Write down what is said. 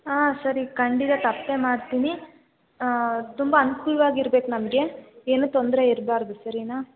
ಹಾಂ ಸರಿ ಖಂಡಿತ ತಪ್ಪದೇ ಮಾಡ್ತೀನಿ ತುಂಬ ಅನ್ಕೂಲ್ವಾಗಿರ್ಬೇಕು ನಮಗೆ ಏನೂ ತೊಂದರೆಯಿರ್ಬಾರ್ದು ಸರೀನ